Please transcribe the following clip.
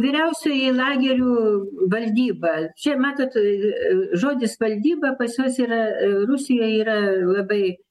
vyriausioji lagerių valdyba čia matot žodis valdyba pas juos yra rusija yra labai